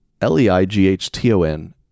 L-E-I-G-H-T-O-N